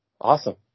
Awesome